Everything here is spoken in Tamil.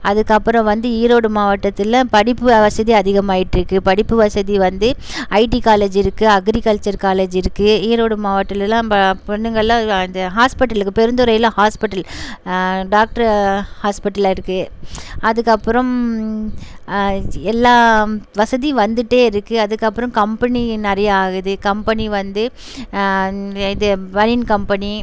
அதுக்கப்புறம் வந்து ஈரோடு மாவட்டத்தில் படிப்பு வசதி அதிகமாகிட்ருக்கு படிப்பு வசதி வந்து ஐடி காலேஜ் இருக்குது அக்ரிகல்ச்ர் காலேஜ் இருக்குது ஈரோடு மாவட்டத்திலேலாம் இப்போ பொண்ணுங்கள்லாம் இந்த ஹாஸ்பிட்டலுக்கு பெருந்துறையில ஹாஸ்பிட்டல் டாக்ட்ரு ஹாஸ்பிட்டல்லாம் இருக்குது அதுக்கப்புறம் ஜி எல்லாம் வசதி வந்துட்டே இருக்குது அதுக்கப்புறம் கம்பனி நிறையா ஆகுது கம்பனி வந்து இது பனியன் கம்பனி